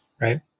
right